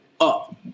up